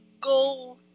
go